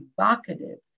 evocative